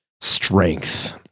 strength